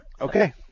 okay